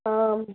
आम्